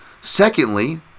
Secondly